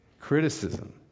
Criticism